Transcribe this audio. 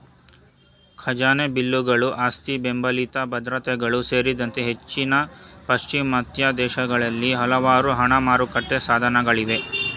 ಖಜಾನೆ ಬಿಲ್ಲುಗಳು ಆಸ್ತಿಬೆಂಬಲಿತ ಭದ್ರತೆಗಳು ಸೇರಿದಂತೆ ಹೆಚ್ಚಿನ ಪಾಶ್ಚಿಮಾತ್ಯ ದೇಶಗಳಲ್ಲಿ ಹಲವಾರು ಹಣ ಮಾರುಕಟ್ಟೆ ಸಾಧನಗಳಿವೆ